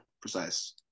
precise